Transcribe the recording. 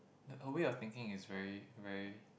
her way of thinking is very very